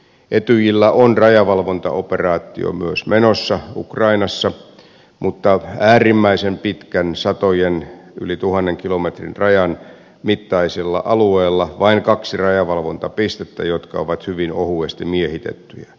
etyjillä on myös rajavalvontaoperaatio menossa ukrainassa mutta äärimmäisen pitkän yli tuhannen kilometrin rajan mittaisella alueella on vain kaksi rajavalvontapistettä jotka ovat hyvin ohuesti miehitettyjä